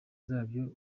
zabyo